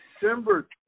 December